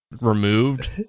removed